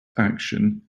action